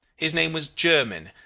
his name was jermyn,